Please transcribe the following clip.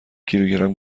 کیلوگرم